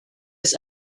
its